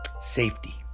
safety